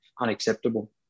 unacceptable